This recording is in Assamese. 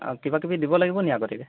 অঁ কিবাকিবি দিব লাগিব নি আগতীয়াকৈ